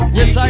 Yes